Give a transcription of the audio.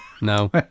no